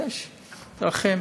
יש דרכים.